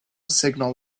signal